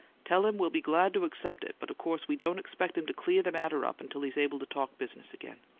tell him we'll be glad to accept it but of course we don't expect him to clean the matter up until he's able to talk business again.